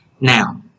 now